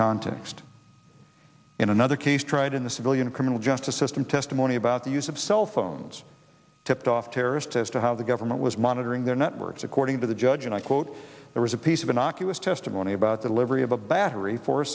context in another case tried in the civilian criminal justice system testimony about the use of cell phones tipped off terrorists as to how the government was monitoring their networks according to the judge and i quote there was a piece of innocuous testimony about the delivery of a battery for